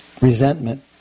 resentment